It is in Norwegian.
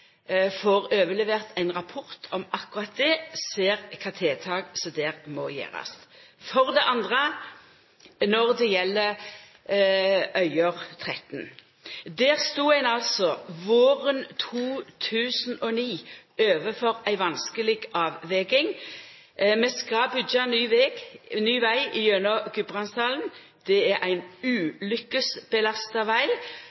overlevert ein rapport om akkurat det, og då ser eg kva tiltak som må gjerast der. Det andre gjeld Øyer–Tretten. Der stod ein altså våren 2009 overfor ei vanskeleg avveging: Vi skal byggja ny veg gjennom Gudbrandsdalen. Det er ein